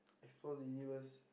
explore the universe